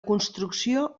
construcció